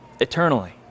eternally